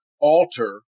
alter